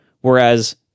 whereas